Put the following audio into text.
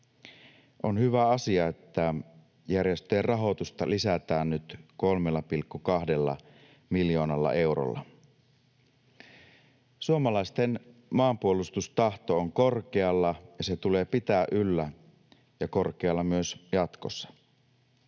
On hyvä asia, että järjestöjen rahoitusta lisätään nyt 3,2 miljoonalla eurolla. Suomalaisten maanpuolustustahto on korkealla, ja se tulee pitää yllä ja korkealla myös jatkossa.